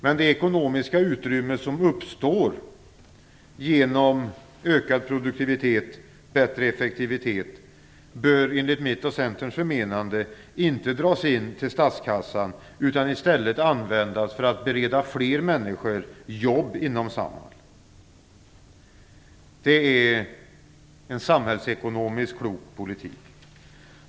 Men det ekonomiska utrymme som uppstår genom ökad produktivitet och bättre effektivitet bör inte, enligt Centerns förmenande, dras in till statskassan utan i stället användas för att bereda fler människor jobb inom Samhall. Det är en samhällsekonomiskt klok politik.